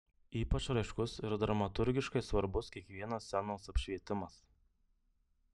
ypač raiškus ir dramaturgiškai svarbus kiekvienas scenos apšvietimas